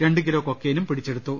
രണ്ട് കിലോ കൊക്കെയ്നും പിടിച്ചെടുത്തു